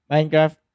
Minecraft